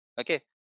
okay